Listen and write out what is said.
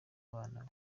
abana